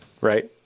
right